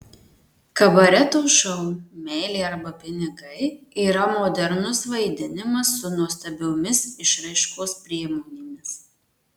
kabareto šou meilė arba pinigai yra modernus vaidinimas su nuostabiomis išraiškos priemonėmis